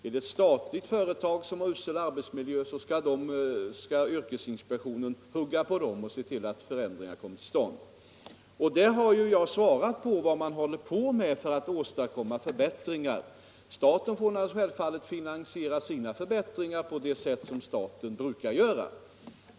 Om ett statligt företag har usel arbetsmiljö skall yrkesinspektionen se till att förändringar kommer till stånd också där. Jag har redogjort för vad man håller på med för att åstadkomma förbättringar. Staten får självfallet finansiera sina förbättringar på det sätt som staten brukar göra.